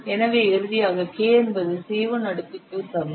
எனவே இறுதியாக K என்பது C 1 அடுக்குக்கு சமம்